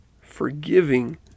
forgiving